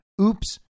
Oops